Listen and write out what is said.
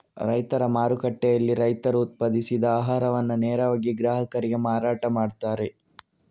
ರೈತರ ಮಾರುಕಟ್ಟೆಯಲ್ಲಿ ರೈತರು ಉತ್ಪಾದಿಸಿದ ಆಹಾರವನ್ನ ನೇರವಾಗಿ ಗ್ರಾಹಕರಿಗೆ ಮಾರಾಟ ಮಾಡ್ತಾರೆ